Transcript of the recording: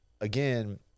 again